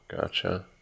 gotcha